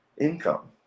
income